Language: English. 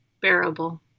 bearable